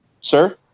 Sir